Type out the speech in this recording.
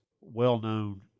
well-known